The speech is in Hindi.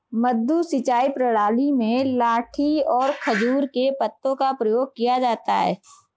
मद्दू सिंचाई प्रणाली में लाठी और खजूर के पत्तों का प्रयोग किया जाता है